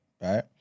right